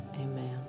Amen